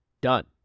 Done